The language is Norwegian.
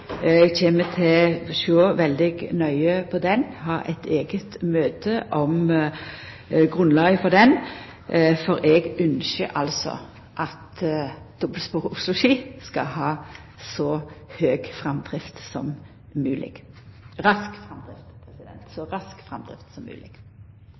kjem til å sjå veldig nøye på han og ha eit eige møte om grunnlaget for han, for eg ynskjer at dobbeltsporet Oslo–Ski skal ha så rask framdrift som